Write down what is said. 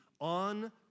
on